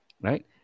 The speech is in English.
Right